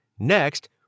Next